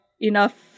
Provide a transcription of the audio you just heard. enough